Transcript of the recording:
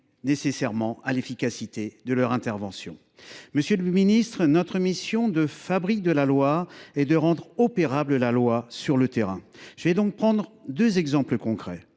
nécessairement à l’efficacité de leur intervention. Monsieur le secrétaire d’État, notre mission de fabrique de la loi consiste à rendre opérable la loi sur le terrain. Je vais donc prendre deux exemples concrets.